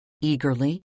eagerly